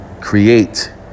create